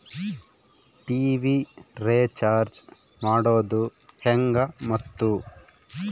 TV recharge ಮಾಡೋದು ಹೆಂಗ ಮತ್ತು?